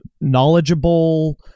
knowledgeable